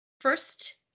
first